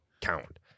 count